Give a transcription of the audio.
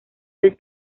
del